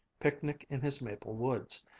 picnic in his maple woods,